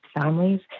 families